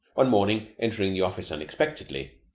one morning, entering the office unexpectedly,